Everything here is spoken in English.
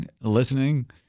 listening